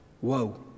whoa